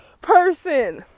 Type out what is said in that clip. person